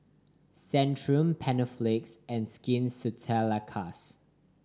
Centrum Panaflex and Skin Ceuticals